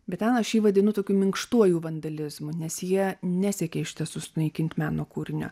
bet ten aš jį vadinu tokiu minkštuoju vandalizmu nes jie nesiekia iš tiesų sunaikint meno kūrinio